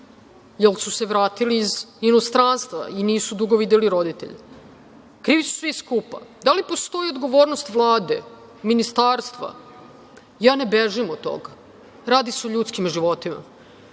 jer su se vratili iz inostranstva i nisu dugo videli roditelje. Krivi su svi skupa. Da li postoji odgovornost Vlade, ministarstva? Ja ne bežim od toga. Radi se o ljudskim životima.